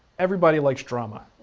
everybody likes drama